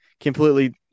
completely